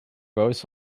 rose